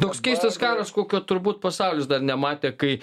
toks keistas karas kokio turbūt pasaulis dar nematė kai